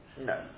No